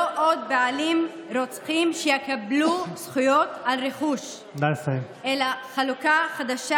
לא עוד בעלים רוצחים יקבלו זכויות על רכוש אלא חלוקה חדשה